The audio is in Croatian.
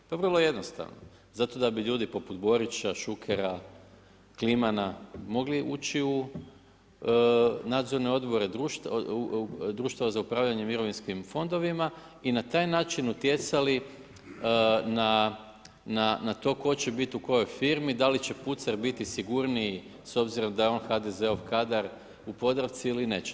vrlo jednostavno, da bi ljudi poput Borića, Šukera, Klimana, mogli ući u nadzorne odbore Društva za upravljanje mirovinskim fondovima i na taj način utjecali na to tko će biti u kojoj firmi, da li će Pucer biti sigurniji s obzirom da je on HDZ-ov kadar u Podravci ili neće.